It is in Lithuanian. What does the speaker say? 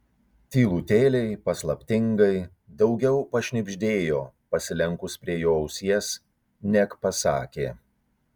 tylutėliai paslaptingai daugiau pašnibždėjo pasilenkus prie jo ausies neg pasakė